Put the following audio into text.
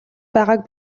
байгааг